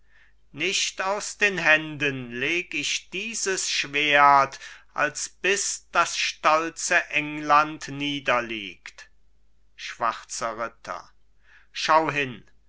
nicht aus den händen leg ich dieses schwert als bis das stolze england niederliegt schwarzer ritter schau hin